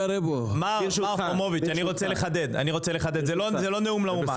מר פרומוביץ, אני רוצה לחדד זה לא נאום לאומה.